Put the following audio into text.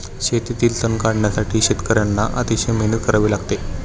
शेतातील तण काढण्यासाठी शेतकर्यांना अतिशय मेहनत करावी लागते